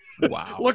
Wow